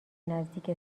نزدیک